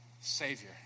Savior